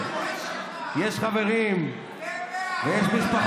אתם הטלתם וטו.